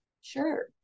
sure